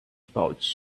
pouch